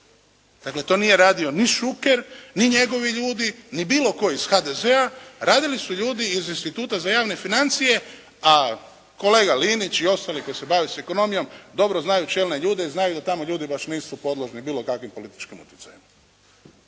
Dakle to nije radio ni Šuker ni njegovi ljudi ni bilo tko iz HDZ-a. Radili su ljudi iz Instituta za javne financije, a kolega Linić i ostali koji se bave s ekonomijom dobro znaju čelne ljude i znaju da tamo ljudi baš nisu podložni bilo kakvim političkim utjecajima.